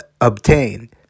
obtained